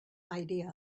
idea